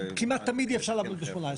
כמעט תמיד אי אפשר לעמוד ב-18.